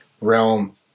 realm